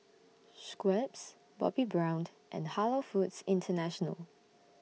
Schweppes Bobbi Browned and Halal Foods International